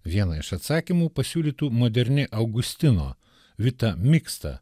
vieną iš atsakymų pasiūlytų moderni augustino vita miksta